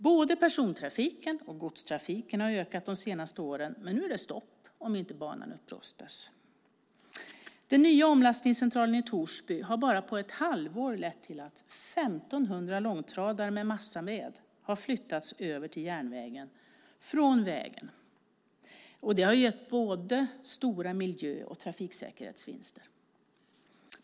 Både persontrafiken och godstrafiken har ökat de senaste åren, men nu är det stopp om inte banan upprustas. Den nya omlastningscentralen i Torsby har bara på ett halvår lett till att 1 500 långtradare med massaved har flyttats över till järnvägen från vägen. Det har gett både stora miljö och trafiksäkerhetsvinster.